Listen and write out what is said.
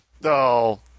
No